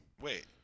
Wait